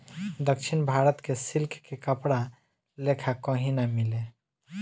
दक्षिण भारत के सिल्क के कपड़ा लेखा कही ना मिले